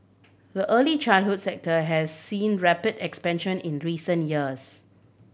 the early childhood sector has seen rapid expansion in recent years